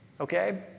okay